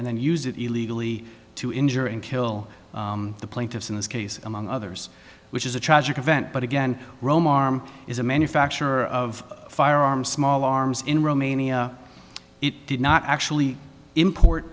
and then use it illegally to injure and kill the plaintiffs in this case among others which is a tragic event but again rome arm is a manufacturer of firearm small arms in romania it did not actually import